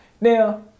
Now